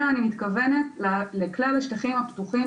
אלא אני מתכוונת לכלל השטחים הפתוחים,